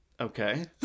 okay